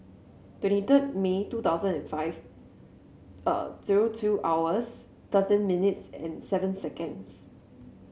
twenty third May two thousand and five zero two hours thirteen minutes and seven seconds